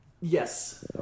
yes